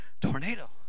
tornado